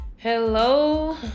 Hello